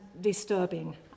disturbing